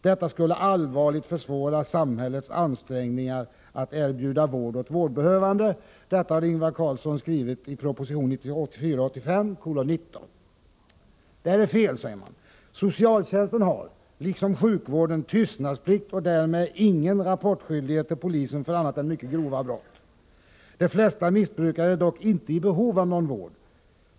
Detta skulle allvarligt försvåra samhällets ansträngningar att erbjuda vård åt vårdbehövande.” Detta har Ingvar Carlsson skrivit i proposition 1984/85:19. Det här är fel, säger man. Socialtjänsten har, liksom sjukvården, tystnadsplikt och därmed ingen rapportskyldighet till polisen för annat än mycket grova brott. De flesta missbrukare är dock inte i behov av någon vård.